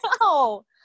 No